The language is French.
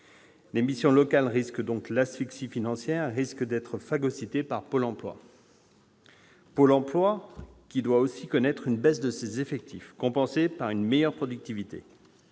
formation. Elles risquent aujourd'hui l'asphyxie financière et d'être phagocytées par Pôle emploi. Pôle emploi doit aussi connaître une baisse de ses effectifs, compensée par une meilleure productivité.